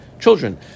children